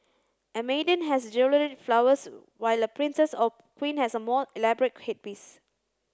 a maiden has jewelled flowers while a princess or queen has a more elaborate headpiece